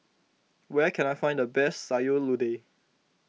where can I find the best Sayur Lodeh